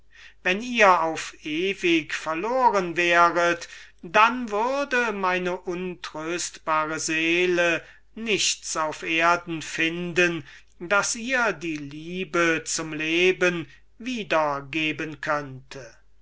bist wenn ihr auf ewig verloren wäret dann würde meine untröstbare seele nichts auf erde finden das ihr die liebe zum leben wieder geben könnte